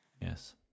Yes